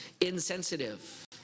insensitive